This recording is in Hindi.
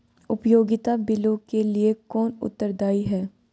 उपयोगिता बिलों के लिए कौन उत्तरदायी है?